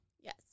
Yes